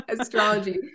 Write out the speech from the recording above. astrology